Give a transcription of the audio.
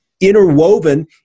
interwoven